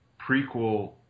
prequel